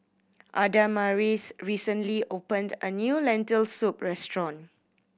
Adamaris recently opened a new Lentil Soup restaurant